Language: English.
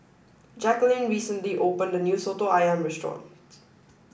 Jacqueline recently opened the new Soto Ayam restaurant